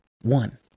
One